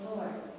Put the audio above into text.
Lord